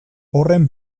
horren